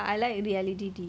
like big boss